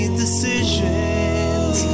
decisions